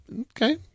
okay